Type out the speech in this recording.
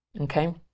okay